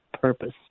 purpose